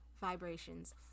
Vibrations